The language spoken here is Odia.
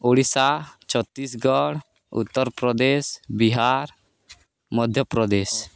ଓଡ଼ିଶା ଛତିଶଗଡ଼ ଉତ୍ତରପ୍ରଦେଶ ବିହାର ମଧ୍ୟପ୍ରଦେଶ